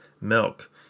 milk